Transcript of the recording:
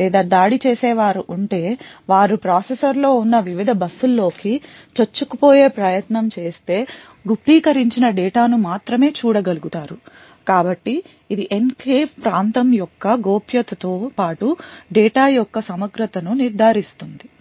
లేదా దాడి చేసే వారు ఉంటే వారు ప్రాసెసర్లో ఉన్న వివిధ బస్సుల్లోకి చొచ్చుకుపోయే ప్రయత్నం చేస్తే గుప్తీకరించిన డేటా ను మాత్రమే చూడగలుగుతారు కాబట్టి ఇది ఎన్క్లేవ్ ప్రాంతం యొక్క గోప్యతతో పాటు డేటా యొక్క సమగ్రతను నిర్ధారిస్తుంది